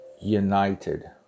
united